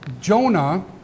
Jonah